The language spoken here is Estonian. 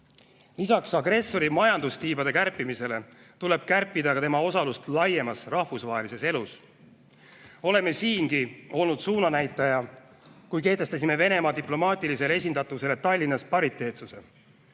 Lisaks agressori majandustiibade kärpimisele tuleb kärpida tema osalust laiemas rahvusvahelises elus. Oleme siingi olnud suunanäitaja, kui kehtestasime Venemaa diplomaatilisele esindatusele Tallinnas pariteetsuse.